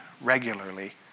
regularly